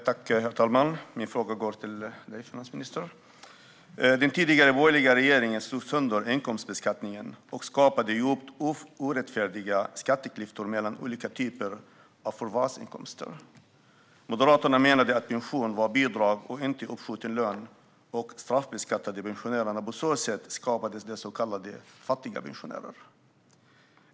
Herr talman! Min fråga går till finansministern. Den tidigare borgerliga regeringen slog sönder inkomstbeskattningen och skapade djupt orättfärdiga skatteklyftor mellan olika typer av förvärvsinkomster. Moderaterna menade att pension var bidrag - inte uppskjuten lön - och straffbeskattade pensionärerna. På så sätt skapades de så kallade fattigpensionärerna.